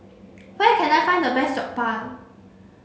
where can I find the best Jokbal